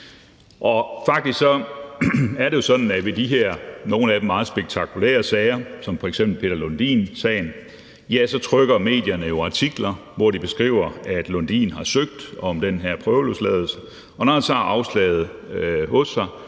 nogle af de her meget spektakulære sager som f.eks. Peter Lundin-sagen, trykker medierne jo artikler, hvor de beskriver, at Lundin har søgt om den her prøveløsladelse. Og når han så har afslaget hos sig,